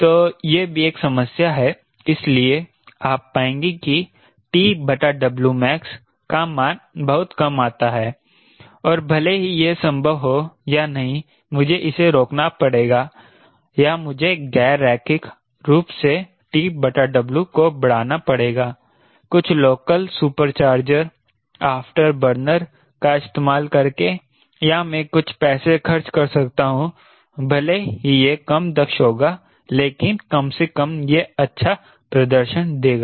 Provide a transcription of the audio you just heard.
तो यह भी एक समस्या है इसलिए आप पाएंगे कि max का मान बहुत कम आता है और भले ही यह संभव हो या नहीं मुझे इसे रोकना पड़ेगा या मुझे गैर रैखिक तरीके से TW को बढ़ाना पड़ेगा कुछ लोकल सुपरचार्जर आफ्टरबर्नर का इस्तेमाल करके या मैं कुछ पैसे खर्च कर सकता हूं भले ही यह कम दक्ष होगा लेकिन कम से कम यह अच्छा प्रदर्शन देगा